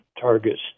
targets